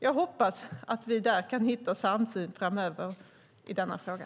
Jag hoppas att vi där kan hitta en samsyn framöver i denna fråga.